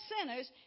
sinners